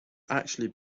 actually